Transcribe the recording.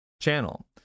channel